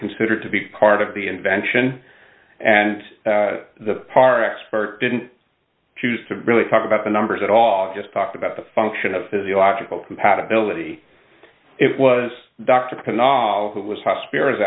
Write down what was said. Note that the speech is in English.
considered to be part of the invention and the par expert didn't choose to really talk about the numbers at all just talked about the function of physiological compatibility it was dr who was hospitalized